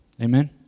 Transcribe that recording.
Amen